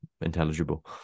intelligible